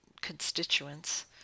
constituents